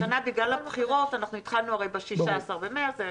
השנה בגלל הבחירות התחלנו ב-16 במרץ,